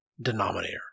denominator